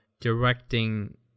directing